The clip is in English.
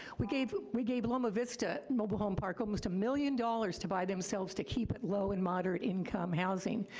we gave, we gave loma vista mobile home park almost a million dollars to buy themselves to keep it low and moderate-income housing.